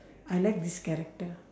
I like this character